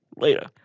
later